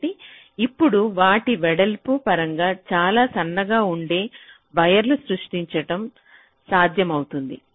కాబట్టి ఇప్పుడు వాటి వెడల్పు పరంగా చాలా సన్నగా ఉండే వైర్లను సృష్టించడం సాధ్యమవుతుంది